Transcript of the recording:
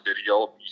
video